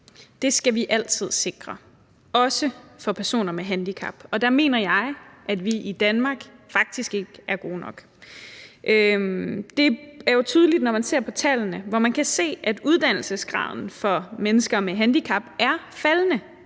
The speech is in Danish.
Det skal vi altid sikre, også for personer med handicap, og der mener jeg, at vi i Danmark faktisk ikke er gode nok. Det er jo tydeligt, når man ser på tallene, hvor man kan se, at uddannelsesgraden for mennesker med handicap er faldende,